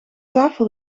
tafel